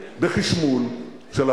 טוב,